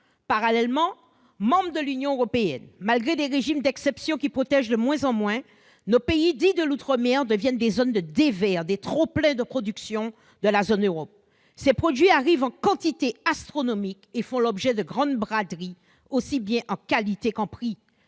« d'outre-mer », membres de l'Union européenne malgré des régimes d'exception de moins en moins protecteurs, deviennent des zones de déversement des trop-pleins de production de la zone Europe. Ces produits arrivent en quantité astronomique et font l'objet d'une grande braderie, aussi bien en qualité qu'en prix.